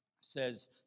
says